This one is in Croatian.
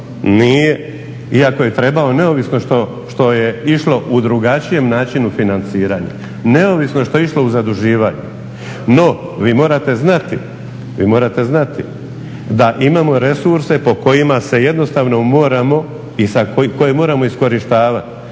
nije, iako je trebao, neovisno što je išlo u drugačijem načinu financiranja, neovisno što je išlo u zaduživanje. No vi morate znati da imamo resurse po kojima se jednostavno moramo i koje moramo iskorištavat.